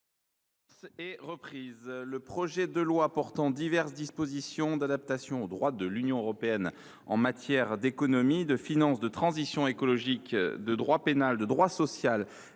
est reprise. Le projet de loi portant diverses dispositions d’adaptation au droit de l’Union européenne en matière d’économie, de finances, de transition écologique, de droit pénal, de droit social